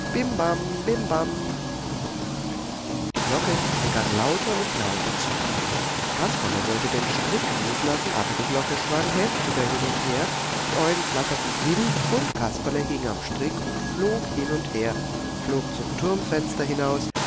die glocke begann lauter und lauter zu rufen kasperle wollte den strick loslassen aber die glocke schwang heftiger hin und her die eulen flatterten wild und kasperle hing am strick und flog hin und her flog zum turmfenster hinaus